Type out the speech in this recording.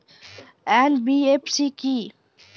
NBFC কী?